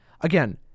Again